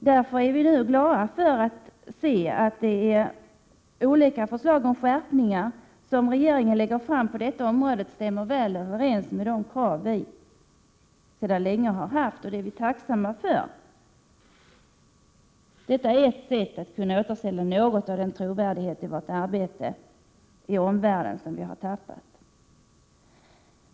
Därför är vi nu glada att se att de olika förslag om skärpningar som regeringen lägger fram på detta område väl stämmer överens med de krav som vi haft sedan länge. Det är vi tacksamma för. Detta är ett sätt att i omvärlden kunna återställa något av den trovärdighet i vårt arbete som vi har tappat.